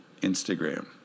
Instagram